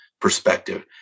perspective